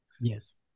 Yes